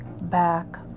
back